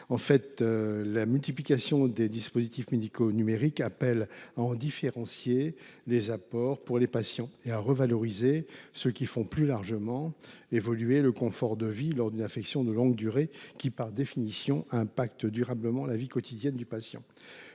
En effet, la multiplication des dispositifs médicaux numériques appelle à en différencier les apports pour les patients et à revaloriser ceux qui font plus largement évoluer le confort de vie lors d’une affection de longue durée (ALD), qui, par définition, a un impact durable sur la vie quotidienne du patient.